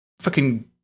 fucking-